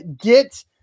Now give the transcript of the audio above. Get